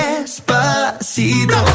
Despacito